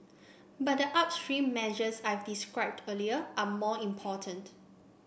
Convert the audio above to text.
but the upstream measures I've described earlier are more important